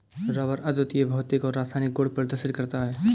rubber अद्वितीय भौतिक और रासायनिक गुण प्रदर्शित करता है